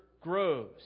grows